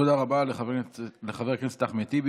תודה רבה לחבר הכנסת אחמד טיבי.